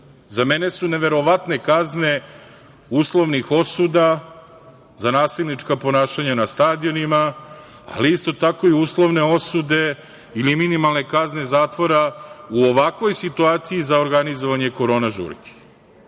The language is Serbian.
mene su neverovatne kazne uslovnih osuda za nasilnička ponašanja na stadionima, ali isto tako i uslovne osude ili minimalne kazne zatvora u ovakvoj situaciji za organizovanje korona žurki.